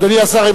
אדוני השר,